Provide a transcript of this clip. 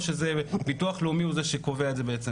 או שביטוח לאומי הוא זה שקובע את זה בעצם?